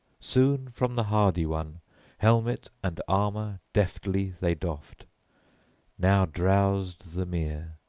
soon from the hardy one helmet and armor deftly they doffed now drowsed the mere,